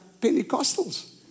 Pentecostals